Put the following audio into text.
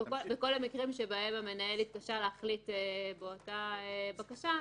בכל המקרים שבהם המנהל התקשה להחליט באותה בקשה,